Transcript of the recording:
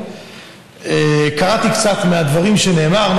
קראתי קצת מהדברים שנאמרו,